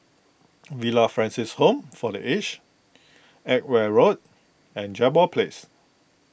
Villa Francis Home for the Aged Edgware Road and Jambol Place